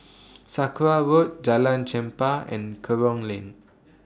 Sakra Road Jalan Chempah and Kerong Lane